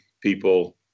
people